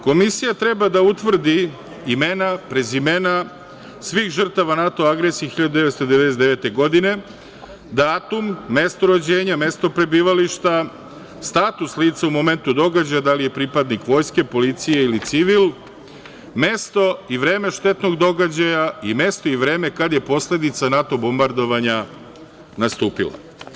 Komisija treba da utvrdi imena, prezimena, svih žrtava NATO agresije 1999. godine, datum, mesto rođenja, mesto prebivališta, status lica u momentu događaja, da li je pripadnik vojske, policije ili civil, mesto i vreme štetnog događaja i mesto i vreme kad je posledica NATO bombardovanja nastupila.